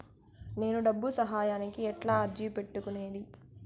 నేను డబ్బు సహాయానికి ఎట్లా అర్జీ పెట్టుకునేది?